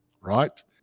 right